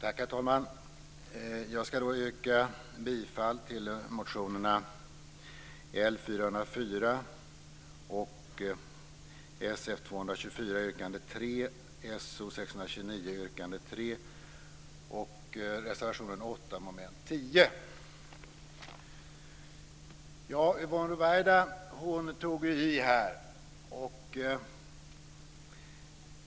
Herr talman! Jag yrkar bifall till motionerna L404, Yvonne Ruwaida tog i här.